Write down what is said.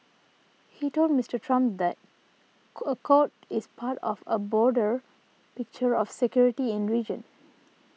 he told Mister Trump the accord is part of a broader picture of security in region